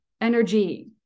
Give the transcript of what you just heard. energy